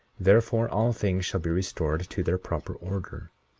therefore, all things shall be restored to their proper order,